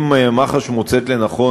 אם מח"ש מוצאת לנכון,